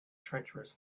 treacherous